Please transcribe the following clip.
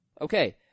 Okay